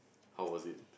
how was it